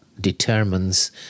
determines